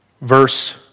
verse